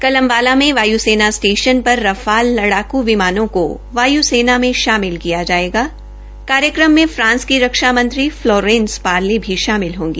कल अम्बाला के वाय्सेना स्टेशन पर रफाल लड़ाक् विमानों को वाय्सेना में शामिल किया जायेगा कार्यक्रम में फ्रांस की रक्षा मंत्री फलोरेंस पार्ले भी शामिल होगी